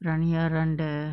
run here run there